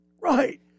Right